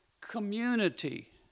community